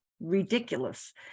ridiculous